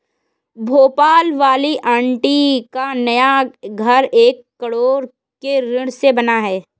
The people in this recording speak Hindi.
भोपाल वाली आंटी का नया घर एक करोड़ के ऋण से बना है